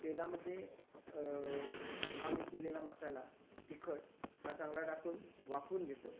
तेलामध्ये हा मी केलेला मसाला तिखट हा चांगला टाकून वाफवून घेतो